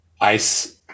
ice